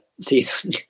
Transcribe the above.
season